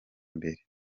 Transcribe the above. imbere